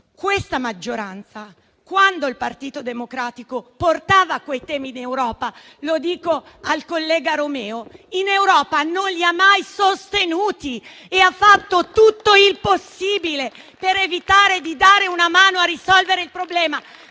Questa maggioranza, quando il Partito Democratico portava quei temi in Europa - lo dico al collega Romeo - in Europa non li ha mai sostenuti e ha fatto tutto il possibile per evitare di dare una mano a risolvere il problema,